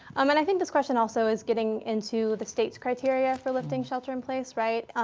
um and i think this question also is getting into the state's criteria for lifting shelter in place. right.